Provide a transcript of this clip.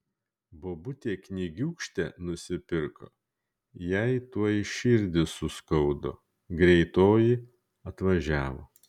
bobutė knygiūkštę nusipirko jai tuoj širdį suskaudo greitoji atvažiavo